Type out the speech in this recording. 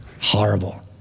Horrible